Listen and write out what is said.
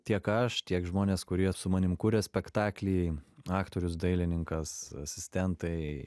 tiek aš tiek žmonės kurie su manim kūrė spektaklį aktorius dailininkas asistentai